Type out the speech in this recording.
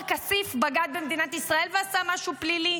כסיף בגד במדינת ישראל ועשה משהו פלילי,